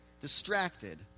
Distracted